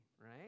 right